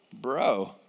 Bro